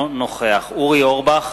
אינו נוכח אורי אורבך,